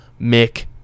Mick